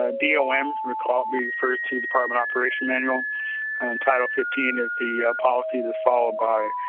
ah doms recall refers to department operation manual. and title fifteen is the policy that's followed by